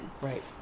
Right